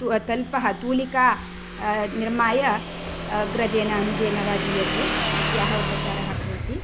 तु तल्पः तूलिका निर्माय अग्रेजेन अनुजेन वा दीयते तस्याः उपचारः भवति